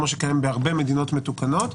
כמו שקיים בהרבה מדינות מתוקנות,